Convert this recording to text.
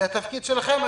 זה התפקיד שלכם.